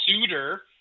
Souter